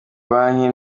banki